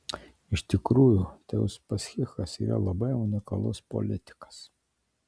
iš tikrųjų tai uspaskichas yra labai unikalus politikas